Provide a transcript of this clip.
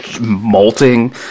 molting